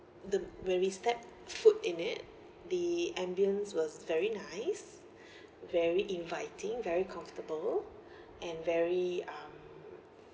the when we step foot in it the ambience was very nice very inviting very comfortable and very um